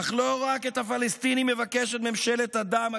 אך לא רק את הפלסטינים מבקשת ממשלת הדם,